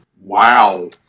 Wow